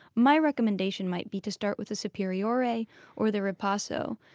my recommendation might be to start with a superiore or the ripasso.